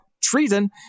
treason